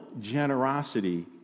generosity